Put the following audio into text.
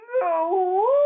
No